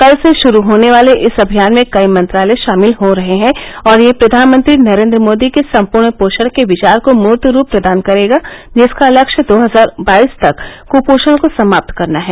कल से शुरू होने वाले इस अभियान में कई मंत्रालय शामिल हो रहे हैं और यह प्रधानमंत्री नरेंद्र मोदी के संपूर्ण पोषण के विचार को मूर्त रूप प्रदान करेगा जिसका लक्ष्य दो हजार बाईस तक कुपोषण को समाप्त करना है